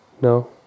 no